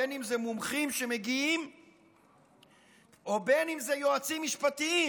בין אם זה מומחים שמגיעים ובין אם זה יועצים משפטיים,